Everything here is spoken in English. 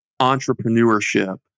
entrepreneurship